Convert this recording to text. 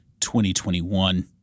2021